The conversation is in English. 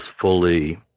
fully